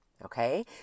Okay